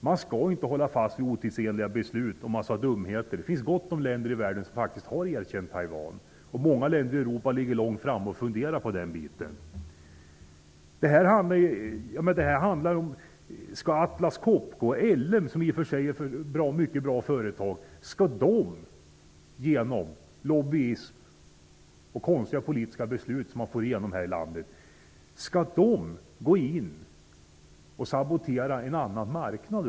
Man skall inte hålla fast vid otidsenliga beslut och en massa dumheter. Det finns gott om länder i världen som faktiskt har erkänt Taiwan. Många länder ligger långt framme i sina funderingar om att göra det. Skall Atlas Copco och LM Ericsson, som i och för sig är mycket bra företag, genom lobbying och konstiga politiska beslut som fattas i detta land, sabotera en annan marknad?